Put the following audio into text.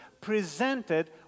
presented